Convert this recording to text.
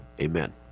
Amen